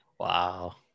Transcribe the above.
wow